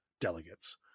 delegates